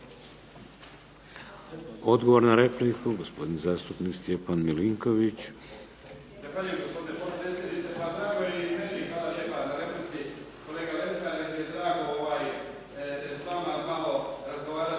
Odgovor na repliku gospodin zastupnik Stjepan Milinković.